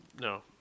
No